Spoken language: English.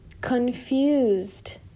Confused